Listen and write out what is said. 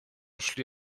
szli